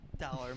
Dollar